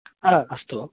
हा अस्तु